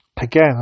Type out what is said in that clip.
Again